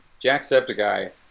Jacksepticeye